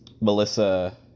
Melissa